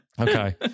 Okay